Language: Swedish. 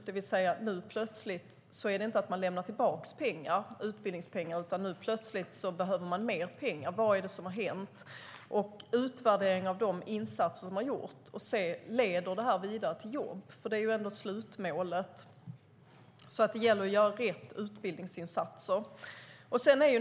Nu är det inte längre så att man lämnar tillbaka utbildningspengar, utan nu behöver man plötsligt mer pengar. Vad är det som har hänt? Det behövs också en utvärdering av de insatser som har gjorts för att se om de leder vidare till jobb. Det är nämligen slutmålet, så det gäller att göra rätt utbildningsinsatser.